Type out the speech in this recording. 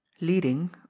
leading